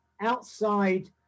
outside